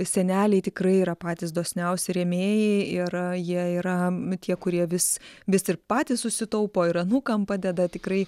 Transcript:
seneliai tikrai yra patys dosniausi rėmėjai ir jie yra tie kurie vis vis ir patys susitaupo ir anūkam padeda tikrai